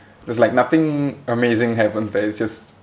there's like nothing amazing happens there it's just